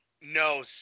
No